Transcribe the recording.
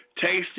Tasty